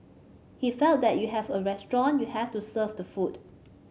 he felt that you have a restaurant you have to serve the food